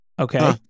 Okay